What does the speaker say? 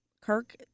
Kirk